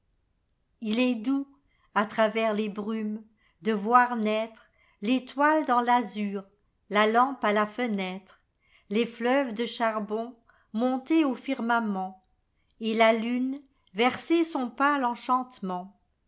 il est doux à travers les brumes de voir naîtrel'étoile dans l'azur la lampe à la fenêtre les fleuves de charbon monter au firmamentet la lune verser son pâle enchantement